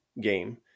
game